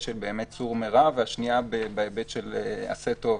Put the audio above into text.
"סור מרע" והשנייה בהיבט של "עשה טוב".